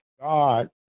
God